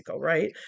right